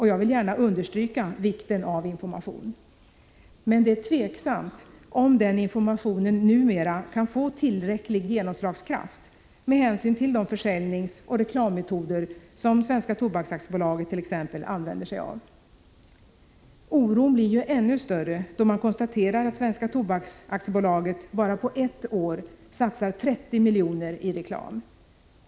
Jag vill gärna understryka vikten av information, men det är tveksamt om den informationen numera kan få tillräcklig genomslagskraft med hänsyn till de försäljningsoch reklammetoder som t.ex. Svenska Tobaks AB använder sig av. Oron blir ju ännu större då man konstaterar att Svenska Tobaks AB bara på ett år satsar 30 miljoner på reklam.